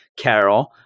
carol